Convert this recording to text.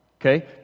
Okay